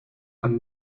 and